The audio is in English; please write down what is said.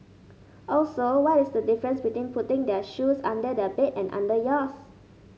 also what is the difference between putting their shoes under their bed and under yours